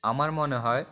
আমার মনে হয়